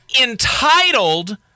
entitled